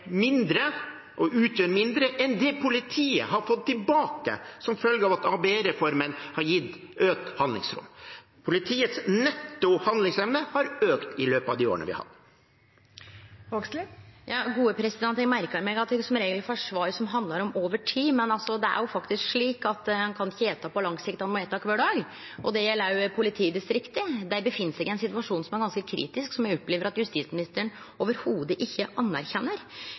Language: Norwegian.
mindre enn det politiet har fått tilbake som følge av at ABE-reformen har gitt økt handlingsrom. Politiets netto handlingsevne har økt i løpet av disse årene. Eg merkar meg at eg som regel får svar som handlar om «over tid», men ein kan faktisk ikkje ete på lang sikt, ein må ete kvar dag. Det gjeld òg politidistrikta. Dei er i ein situasjon som er ganske kritisk, men som eg opplever at justisministeren i det heile ikkje anerkjenner.